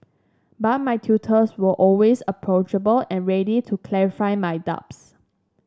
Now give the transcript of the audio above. but my tutors were always approachable and ready to clarify my doubts